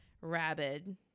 rabid